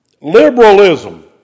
Liberalism